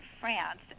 France